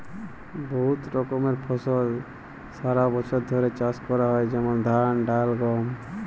বহুত রকমের ফসল সারা বছর ধ্যরে চাষ ক্যরা হয় যেমল ধাল, ডাল, গম